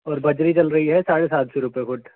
और बजरी चल रही है साढ़े सात सौ रूपए फुट